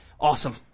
Awesome